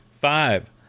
Five